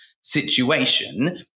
situation